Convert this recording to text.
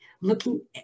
looking